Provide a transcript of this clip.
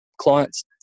clients